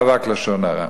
באבק לשון הרע,